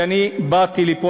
ואני באתי לפה,